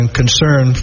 concern